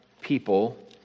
people